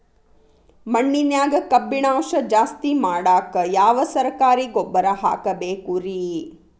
ಮಣ್ಣಿನ್ಯಾಗ ಕಬ್ಬಿಣಾಂಶ ಜಾಸ್ತಿ ಮಾಡಾಕ ಯಾವ ಸರಕಾರಿ ಗೊಬ್ಬರ ಹಾಕಬೇಕು ರಿ?